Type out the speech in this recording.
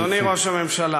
אדוני ראש המשלה,